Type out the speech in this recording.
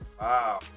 Wow